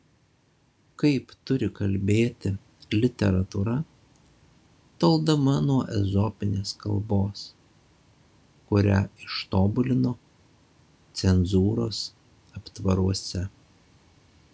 kaip turi kalbėti literatūra toldama nuo ezopinės kalbos kurią ištobulino cenzūros aptvaruose